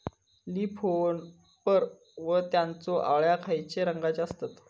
Leaf hopper व त्यानचो अळ्या खैचे रंगाचे असतत?